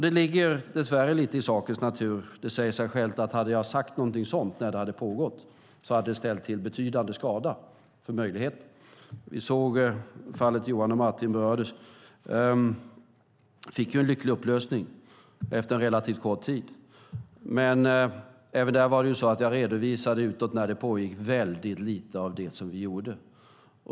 Det ligger dess värre lite i sakens natur och säger sig självt, att hade jag sagt någonting om detta medan det pågick hade det ställt till betydande skada för möjligheten att nå resultat. Vi såg hur fallet med Johan och Martin berördes. Det fick ju en lycklig upplösning efter en relativt kort tid, men även där var det så att jag medan det pågick utåt redovisade väldigt lite av det som vi gjorde.